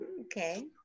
Okay